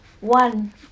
one